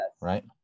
right